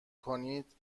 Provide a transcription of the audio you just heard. کنید